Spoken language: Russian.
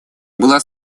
была